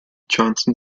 johnson